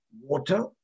water